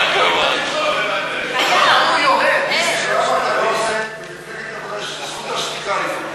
במפלגת העבודה יש זכות השתיקה לפעמים.